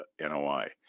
NOI